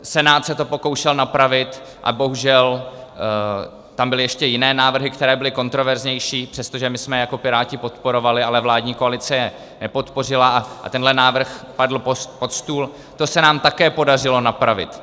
Senát se to pokoušel napravit a bohužel tam byly ještě jiné návrhy, které byly kontroverznější, přestože my jsme je jako Piráti podporovali, ale vládní koalice je nepodpořila, a tenhle návrh padl pod stůl, to se nám také podařilo napravit.